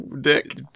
Dick